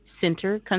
Center